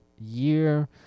year